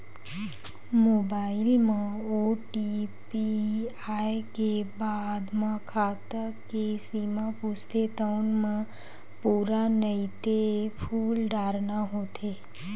mobile म OTP आए के बाद म खाता के सीमा पूछथे तउन म पूरा नइते फूल डारना होथे